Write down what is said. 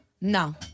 No